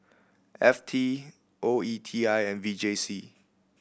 F T O E T I and V J C